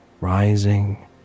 rising